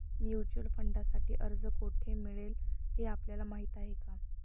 Mutual फंडांसाठी अर्ज कोठे मिळेल हे आपल्याला माहीत आहे का?